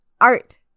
art